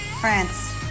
France